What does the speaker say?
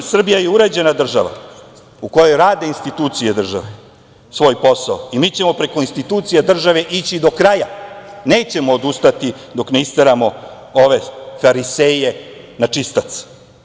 Srbija je uređena država u kojoj rade institucije države svoj posao i mi ćemo preko institucija države ići do kraja, nećemo odustati dok ne isteramo ove fariseje na čistac.